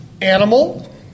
animal